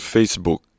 Facebook